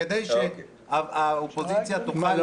כדי שהאופוזיציה תוכל להתגייס.